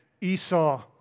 Esau